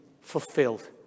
fulfilled